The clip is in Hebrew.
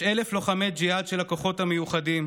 יש אלף לוחמי ג'יהאד של הכוחות המיוחדים